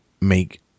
make